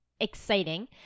exciting